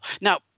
Now